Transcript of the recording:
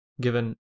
given